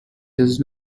does